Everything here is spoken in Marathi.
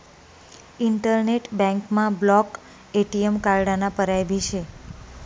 इंटरनेट बँकमा ब्लॉक ए.टी.एम कार्डाना पर्याय भी शे